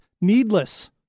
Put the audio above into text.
needless